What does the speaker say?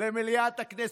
למליאת הכנסת.